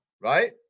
right